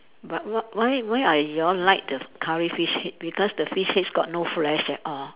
but what why why are you all like the curry fish head because the fish heads got no flesh at all